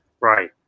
Right